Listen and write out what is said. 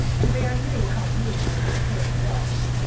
and bear knew how beautiful his tail was.